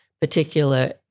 particular